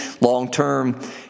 long-term